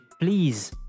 please